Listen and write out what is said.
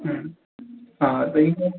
हम्म हा सही अथव